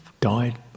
died